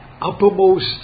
uppermost